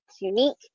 unique